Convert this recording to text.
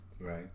Right